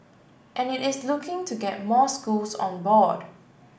and it is looking to get more schools on board